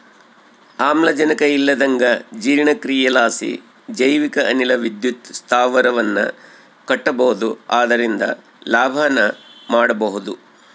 ಆಮ್ಲಜನಕ ಇಲ್ಲಂದಗ ಜೀರ್ಣಕ್ರಿಯಿಲಾಸಿ ಜೈವಿಕ ಅನಿಲ ವಿದ್ಯುತ್ ಸ್ಥಾವರವನ್ನ ಕಟ್ಟಬೊದು ಅದರಿಂದ ಲಾಭನ ಮಾಡಬೊಹುದು